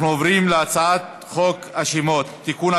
אנחנו עוברים להצעת חוק השמות (תיקון,